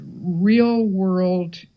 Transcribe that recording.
real-world